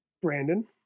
Brandon